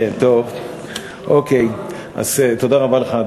טוב, אוקיי, אז תודה רבה לך.